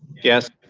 yes.